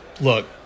Look